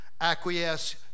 acquiesce